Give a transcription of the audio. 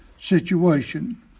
situation